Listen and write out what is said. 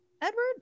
edward